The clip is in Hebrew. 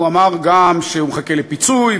הוא אמר גם שהוא מחכה לפיצוי,